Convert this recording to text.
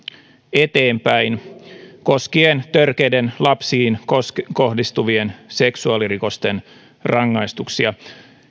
eteenpäin koskien törkeiden lapsiin kohdistuvien seksuaalirikosten rangaistuksia